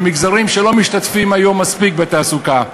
במגזרים שלא משתתפים היום מספיק בתעסוקה.